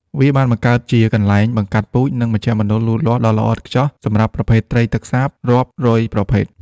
វាបានបង្កើតជាកន្លែងបង្កាត់ពូជ និងមជ្ឈមណ្ឌលលូតលាស់ដ៏ល្អឥតខ្ចោះសម្រាប់ប្រភេទត្រីទឹកសាបរាប់រយប្រភេទ។